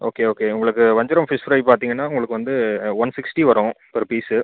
okay okay உங்களுக்கு vanjaram fish fry பார்த்தீங்கன்னா உங்களுக்கு வந்து ஒன் சிக்ஸ்ட்டி வரும் பர் பீஸ்ஸு